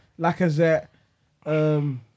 Lacazette